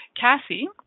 Cassie